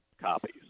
copies